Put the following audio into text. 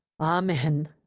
Amen